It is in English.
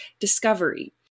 Discovery